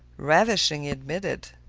ravishing! he admitted.